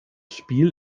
spiel